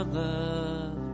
love